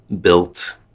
built